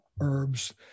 herbs